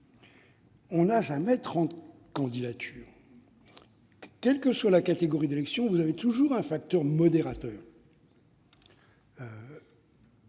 on n'a jamais trente candidatures. Quelle que soit la nature de l'élection, il y a toujours un facteur modérateur